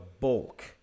bulk